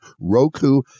Roku